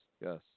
yes